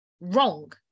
wrong